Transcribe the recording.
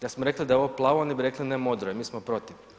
Da smo rekli da je ovo plavo, oni bi rekli, ne modro je, mi smo protiv.